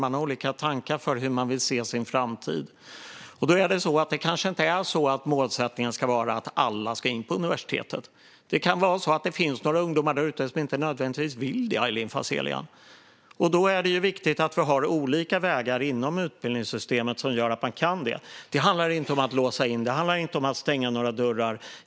De har olika tankar om hur de vill se sin framtid. Därför kanske inte målsättningen ska vara att alla ska in på universitetet. Det kan finnas några ungdomar där ute som inte nödvändigtvis vill det, Aylin Fazelian. Därför är det viktigt att vi har olika vägar inom utbildningssystemet som gör att man kan göra det man vill. Det handlar inte om att låsa in eller om att stänga några dörrar.